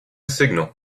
signal